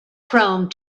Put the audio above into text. chrome